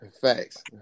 Facts